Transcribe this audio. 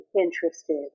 interested